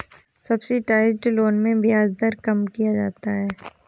subsidised loan में ब्याज दर कम किया जाता है